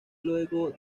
luego